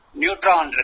neutron